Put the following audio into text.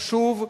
חשוב,